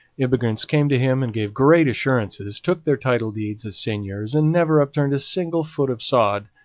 immigrants came to him and gave great assurances, took their title-deeds as seigneurs, and never upturned a single foot of sod.